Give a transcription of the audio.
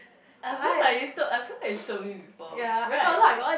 I remember that you I remember that you told me before right